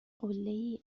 قلهای